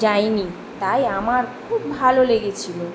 যাই নি তাই আমার খুব ভালো লেগেছিলো